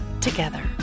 together